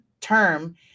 term